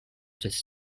just